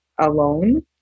alone